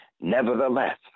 Nevertheless